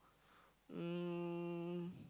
um